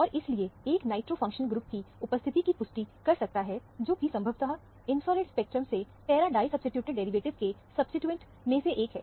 और इसलिए एक नाइट्रो फंक्शनल ग्रुप की उपस्थिति की पुष्टि कर सकता है जो कि संभवत इंफ्रारेड स्पेक्ट्रम से पैरा डाई सब्सीट्यूटेड डेरिवेटिव के सब्सीट्यूएंट में से एक है